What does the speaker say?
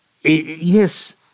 Yes